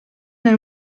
nel